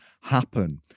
happen